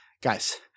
guys